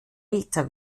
älter